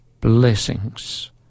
blessings